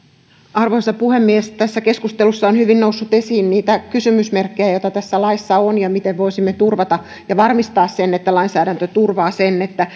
arvoisa puhemies tässä keskustelussa on hyvin noussut esiin niitä kysymysmerkkejä joita tässä laissa on ja se miten voisimme turvata ja varmistaa sen että lainsäädäntö turvaa sen että